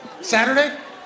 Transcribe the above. Saturday